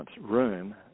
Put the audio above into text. room